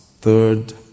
third